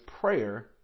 prayer